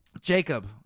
Jacob